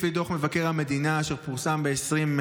לפי דוח מבקר המדינה אשר פורסם ב-2022,